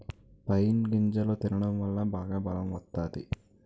pine గింజలు తినడం వల్ల బాగా బలం వత్తాది